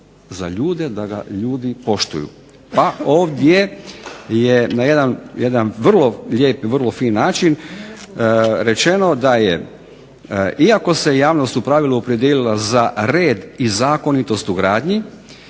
za ljude, da ga ljudi poštuju. Pa ovdje je na jedan vrlo lijep i vrlo fin način rečeno da je, iako se javnost u pravilu opredijelila za red i zakonitost u gradnji